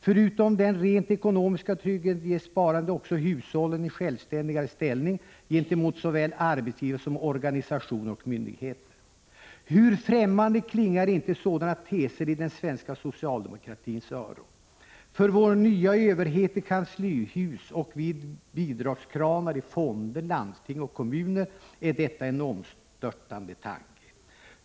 Förutom den rent ekonomiska tryggheten, ger sparandet också hushållen en självständigare ställning gentemot såväl arbetsgivare som organisationer och myndigheter. Hur främmande klingar inte sådana teser i den ——— svenska socialdemokratins öron. För vår nya överhet i kanslihus och vid bidragskranar i fonder, landsting och kommuner, är detta en omstörtande tanke.